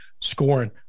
scoring